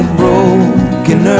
broken